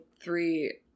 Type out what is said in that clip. three